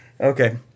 Okay